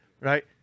Right